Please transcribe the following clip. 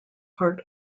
part